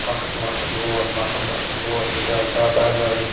وقت وقت ووت وقت وقت ووت ییٚتہِ آیہِ ٹاٹا گاڑِ